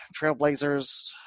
Trailblazers